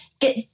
get